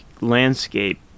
landscape